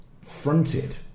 fronted